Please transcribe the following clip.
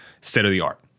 state-of-the-art